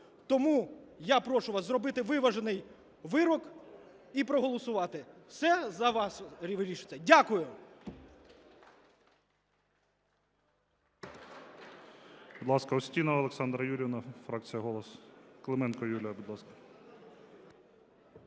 Тому я прошу вас зробити виважений вирок і проголосувати. Все за вас вирішується. Дякую.